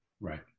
Right